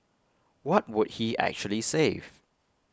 what would he actually save